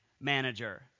manager